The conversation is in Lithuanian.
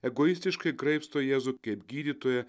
egoistiškai graibsto jėzų kaip gydytoją